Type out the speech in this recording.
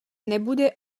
nebude